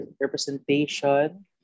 representation